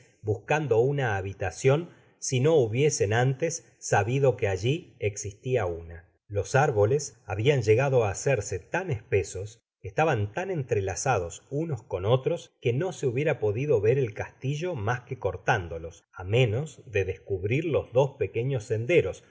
buscando una habitacion si no hubiesen antes sabido que alli existia una los árboles habian llegado á hacerse tan espesos estaban tan entrelazados unos con otros que no se hubiera podido ver el castillo mas que cortándolos á menos de descubrir los dos pequeños senderos